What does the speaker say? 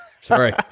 Sorry